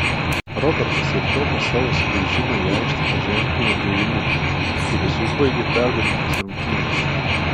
robertas javtokas savo sugrįžimą į aikštę paženklino dėjimu kuris užbaigė pergalingas rungtynes